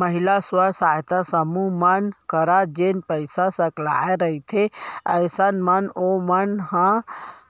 महिला स्व सहायता समूह मन करा जेन पइसा सकलाय रहिथे अइसन म ओमन ह